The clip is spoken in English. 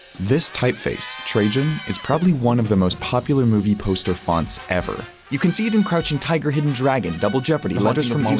this typeface trajan is probably one of the most popular movie poster fonts ever. you can see it in crouching tiger, hidden dragon, double jeopardy, letters from